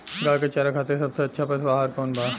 गाय के चारा खातिर सबसे अच्छा पशु आहार कौन बा?